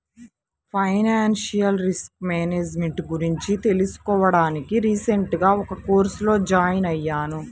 financial risk management గురించి తెలుసుకోడానికి recent గా ఒక కోర్సులో జాయిన్ అయ్యాను